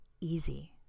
easy